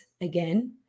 again